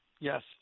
Yes